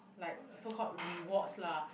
like so called rewards lah